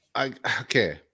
okay